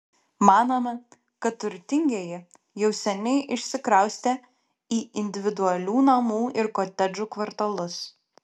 manome kad turtingieji jau seniai išsikraustė į individualių namų ir kotedžų kvartalus